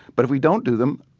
but if we don't do them,